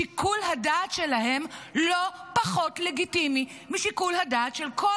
שיקול הדעת שלהם לא פחות לגיטימי משיקול הדעת של כל